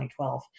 2012